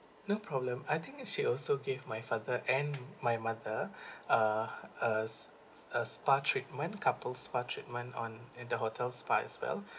no problem I think she also gave my father and my mother uh a a spa treatment couple spa treatment on in the hotel spa as well